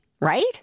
right